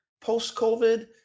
post-covid